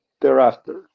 thereafter